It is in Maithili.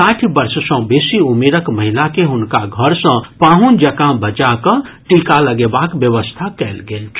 साठि वर्ष सँ बेसी उमिरक महिला के हुनका घर सँ पाहुन जकाँ बजाकऽ टीका लगेबाक व्यवस्था कयल गेल छल